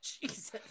Jesus